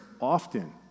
often